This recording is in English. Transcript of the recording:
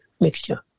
mixture